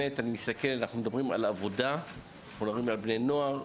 מדברים פה על עבודה ועל בני נוער,